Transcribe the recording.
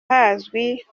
hazwi